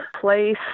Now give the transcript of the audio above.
place